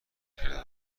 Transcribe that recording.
نکرده